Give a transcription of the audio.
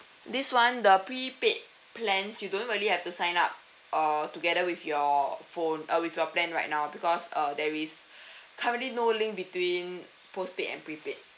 this one the prepaid plans you don't really have to sign up uh together with your phone uh with your plan right now because uh there is currently no link between postpaid and prepaid